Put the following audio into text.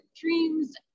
dreams